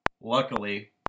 Luckily